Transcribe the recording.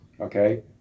okay